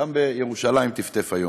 גם בירושלים טפטף היום.